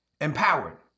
empowered